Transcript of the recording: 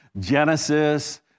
Genesis